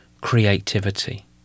creativity